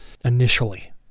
initially